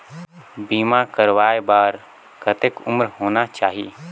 बीमा करवाय बार कतेक उम्र होना चाही?